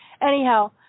Anyhow